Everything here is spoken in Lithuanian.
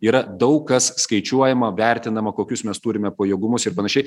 yra daug kas skaičiuojama vertinama kokius mes turime pajėgumus ir panašiai